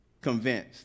convinced